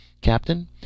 Captain